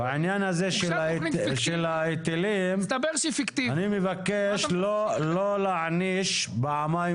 הוגשה --- בעניין הזה של היטלים אני מבקש לא להעניש פעמיים